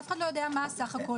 אף אחד לא יודע מה הסך הכול.